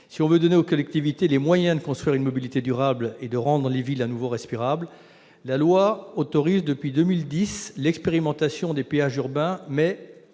Pour donner aux collectivités les moyens de construire une mobilité durable et de rendre les villes de nouveau respirables, la loi autorise depuis 2010 l'expérimentation des péages urbains, pour